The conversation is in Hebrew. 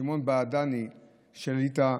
שמעון בעדני שליט"א,